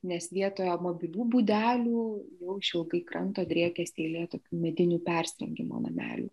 nes vietoje mobilių būdelių jau išilgai kranto driekėsi eilė tokių medinių persirengimo namelių